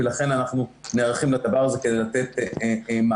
ולכן אנחנו נערכים לדבר הזה כדי לתת מענה.